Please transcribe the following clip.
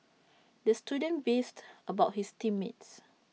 the student beefed about his team mates